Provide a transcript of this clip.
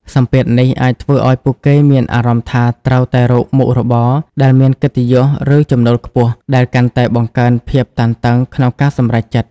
សម្ពាធនេះអាចធ្វើឱ្យពួកគេមានអារម្មណ៍ថាត្រូវតែរកមុខរបរដែលមានកិត្តិយស ឬចំណូលខ្ពស់ ដែលកាន់តែបង្កើនភាពតានតឹងក្នុងការសម្រេចចិត្ត។